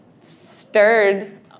stirred